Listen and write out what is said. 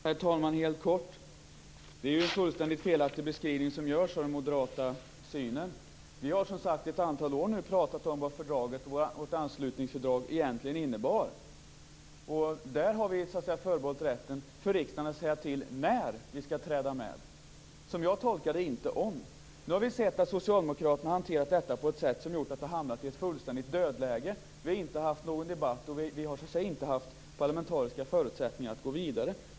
Herr talman! Helt kort: Det är en fullständigt felaktig beskrivning som görs av den moderata synen. Vi har, som sagt, i ett antal år pratat om vad vårt anslutningsfördrag egentligen innebar. Då har vi förbehållit riksdagen rätten att avgöra när vi skall träda in. Jag tolkade det inte som att det var fråga om ifall vi skall göra det. Nu har socialdemokraterna hanterat denna fråga på ett sätt som gjort att den har hamnat i ett fullständigt dödläge. Det har inte förts något debatt och det har inte funnits några parlamentariska förutsättningar att gå vidare.